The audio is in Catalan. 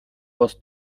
vos